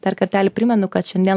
dar kartelį primenu kad šiandien